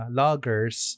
loggers